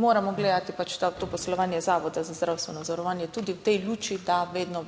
moramo gledati pa to poslovanje Zavoda za zdravstveno zavarovanje tudi v tej luči, da vedno